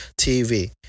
TV